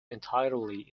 entirely